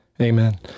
Amen